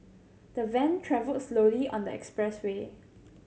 the van travelled slowly on the expressway